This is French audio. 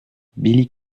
billy